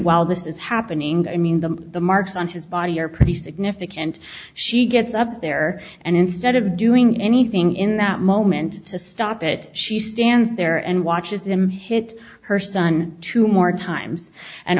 while this is happening i mean the the marks on his body are pretty significant she gets up there and instead of doing anything in that moment to stop it she stands there and watches him hit her son two more times and